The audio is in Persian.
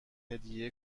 هدیه